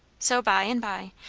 so by and by,